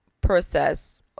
process